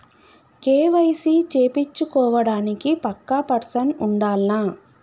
KYC చేపిచ్చుకోవడానికి పక్కా person ఉండాల్నా?